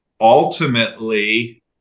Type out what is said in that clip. Ultimately